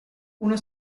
uno